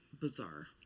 bizarre